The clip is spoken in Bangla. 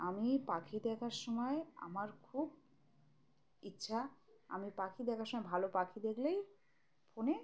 আমি পাখি দেখার সময় আমার খুব ইচ্ছা আমি পাখি দেখার সময় ভালো পাখি দেখলেই ফোনে